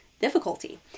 difficulty